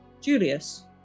Julius